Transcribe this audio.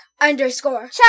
underscore